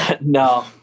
No